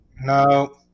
No